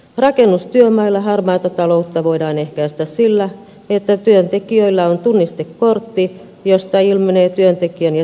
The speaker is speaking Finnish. rakennustyömailla harmaata taloutta voidaan ehkäistä sillä että työntekijöillä on tunnistekortti josta ilmenee työntekijän ja työnantajan nimi